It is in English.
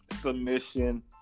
submission